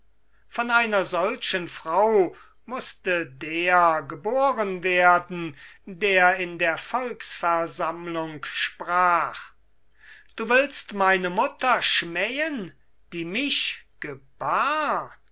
von einer solchen frau mußte der geboren werden der in der volksversammlung sprach du willst meine mutter schmähen die mich gebar